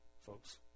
folks